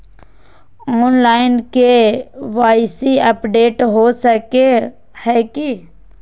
Online KYC update हो सको है की?